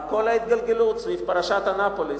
על כל ההתגלגלות סביב פרשת אנאפוליס.